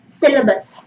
syllabus